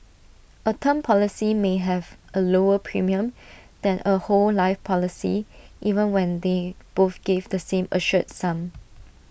A term policy may have A lower premium than A whole life policy even when they both give the same assured sum